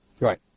right